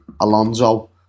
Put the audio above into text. Alonso